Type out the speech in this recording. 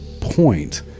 point